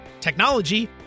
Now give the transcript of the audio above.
technology